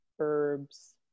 herbs